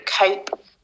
cope